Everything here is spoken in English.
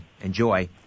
Enjoy